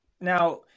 now